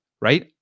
right